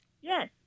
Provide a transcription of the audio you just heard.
Yes